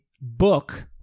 book